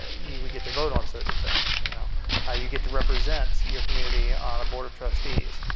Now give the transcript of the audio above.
you would get to vote on certain things. you know ah you get to represent your community on a board of trustees.